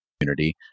community